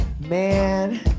man